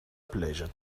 pleasure